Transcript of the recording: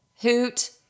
Hoot